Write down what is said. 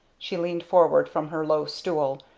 she leaned forward from her low stool,